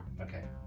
Okay